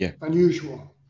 unusual